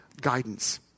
guidance